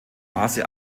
maße